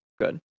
good